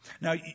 Now